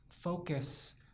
Focus